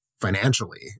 financially